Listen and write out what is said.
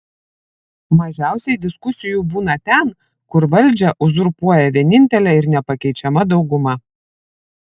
mažiausiai diskusijų būna ten kur valdžią uzurpuoja vienintelė ir nepakeičiama dauguma